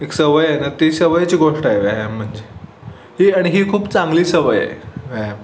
एक सवय आहे ना ती सवयीची गोष्ट आहे व्यायाम म्हणजे ही आणि ही खूप चांगली सवय आहे व्यायाम